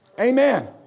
Amen